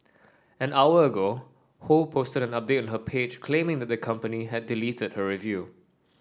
an hour ago Ho posted an update on her page claiming that the company had deleted her review